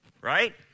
right